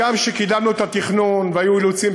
גם כשקידמנו את התכנון והיו אילוצים